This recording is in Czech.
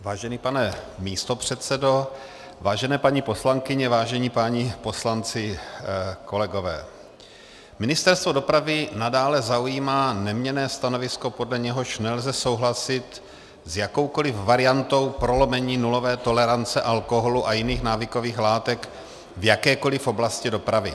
Vážený pane místopředsedo, vážené paní poslankyně, vážení páni poslanci, kolegové, Ministerstvo dopravy nadále zaujímá neměnné stanovisko, podle něhož nelze souhlasit s jakoukoli variantou prolomení nulové tolerance alkoholu a jiných návykových látek v jakékoli oblasti dopravy.